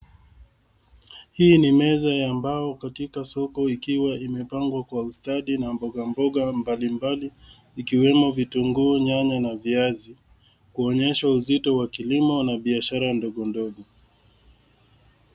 Hii ni meza ya mbao katika soko ikiwa imepangwa kwa ustadi na mboga mboga mbalimbali ikiwemo vitunguu, nyanya, na viazi. Kuonyesha uzito wa kilimo na biashara ndogondogo.